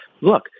look